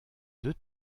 deux